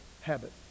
habit